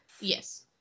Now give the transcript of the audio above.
Yes